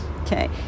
okay